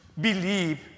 believe